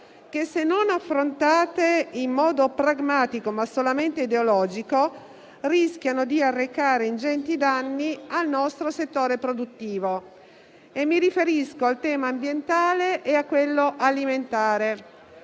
che, se non affrontate in modo pragmatico, ma solamente ideologico, rischiano di arrecare ingenti danni al nostro settore produttivo. Mi riferisco al tema ambientale e a quello alimentare.